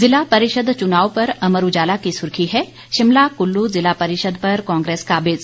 जिला परिषद चुनाव पर अमर उजाला की सुर्खी है शिमला कुल्लू जिला परिषद पर कांग्रेस काबिज